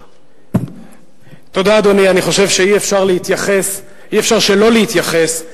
אדוני, אני חושב שאי-אפשר שלא להתייחס,